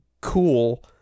cool